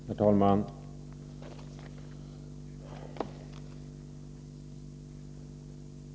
Herr talman!